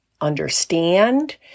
understand